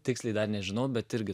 tiksliai dar nežinau bet irgi